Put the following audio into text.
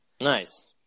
Nice